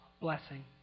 blessing